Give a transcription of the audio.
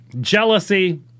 Jealousy